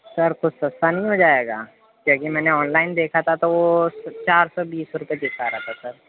سر کچھ سستا نہیں ہو جائے گا کیونکہ میں نے آن لائن دیکھا تھا تو وہ چار سو بیس روپئے دکھا رہا تھا سر